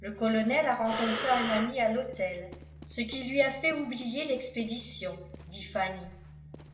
le colonel a rencontré un ami à l'hôtel ce qui lui a fait oublier l'expédition dit fanny